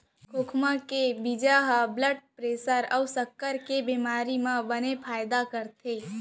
खोखमा के बीजा ह ब्लड प्रेसर अउ सक्कर के बेमारी म बने फायदा करथे